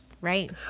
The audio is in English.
right